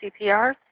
CPR